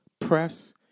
press